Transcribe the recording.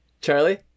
Charlie